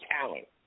talent